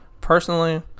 Personally